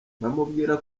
bamubwira